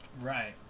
right